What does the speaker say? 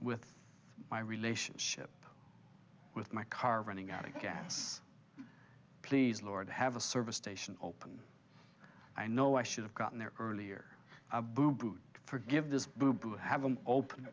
with my relationship with my car running out of gas please lord have a service station open i know i should've gotten there earlier boo boo forgive this boo boo haven't open